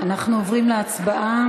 אנחנו עוברים להצבעה